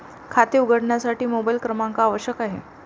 खाते उघडण्यासाठी मोबाइल क्रमांक आवश्यक आहे